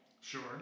Sure